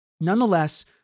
Nonetheless